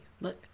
look